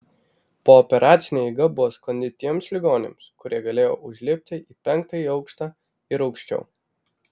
pooperacinė eiga buvo sklandi tiems ligoniams kurie galėjo užlipti į penktąjį aukštą ir aukščiau